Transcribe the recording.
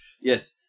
Yes